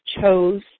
chose